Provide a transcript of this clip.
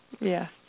Yes